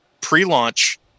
pre-launch